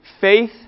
faith